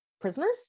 Prisoners